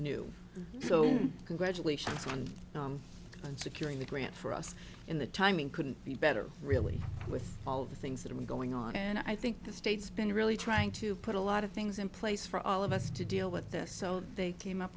new so congratulations on securing the grant for us in the timing couldn't be better really with all of the things that were going on and i think the state's been really trying to put a lot of things in place for all of us to deal with this so they came up